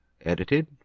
Edited